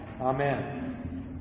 Amen